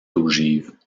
d’ogives